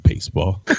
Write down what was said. baseball